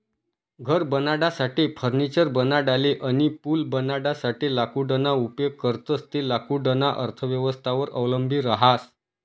घर बनाडासाठे, फर्निचर बनाडाले अनी पूल बनाडासाठे लाकूडना उपेग करतंस ते लाकूडना अर्थव्यवस्थावर अवलंबी रहास